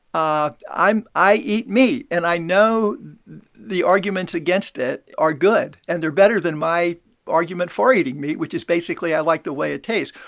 ah i eat meat. and i know the arguments against it are good and they're better than my argument for eating meat, which is, basically, i like the way it tastes.